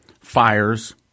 fires